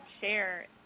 share